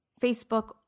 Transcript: Facebook